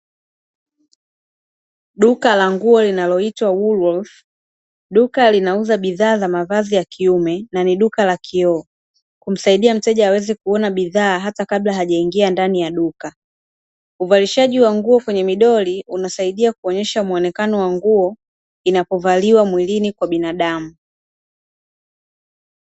Duka la nguo linaloitwa "WOOLWORTHS". Duka linauza bidhaa ya mavazi ya kiume, na ni duka la kioo humsaidia mteja aweze kuona bidhaa hata kabla hajaingia ndani ya duka. Uvalishaji wa nguo kwenye midoli unasaidia kuonyesha muonekano wa nguo inapovaliwa mwilini kwa binadamu.